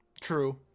True